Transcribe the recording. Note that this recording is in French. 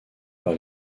par